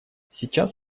сейчас